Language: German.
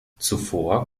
zuvor